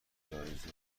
جایزه